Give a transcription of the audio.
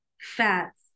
fats